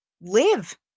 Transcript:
live